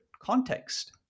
context